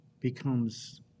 becomes